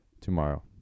tomorrow